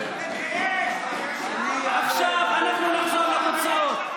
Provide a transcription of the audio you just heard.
עכשיו, אנחנו נחזור לתוצאות.